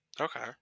Okay